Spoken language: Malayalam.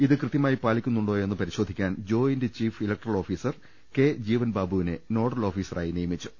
ഇത് കൃത്യ മായി പാലിക്കുന്നുണ്ടോയെന്ന് പരിശോധിക്കാൻ joint chief electoral officer K ജീവൻബാബുവിനെ നോഡൽ ഓഫീസറായി നിയമിച്ചു